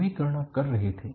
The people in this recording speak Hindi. वे गणना कर रहे थे